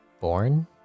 born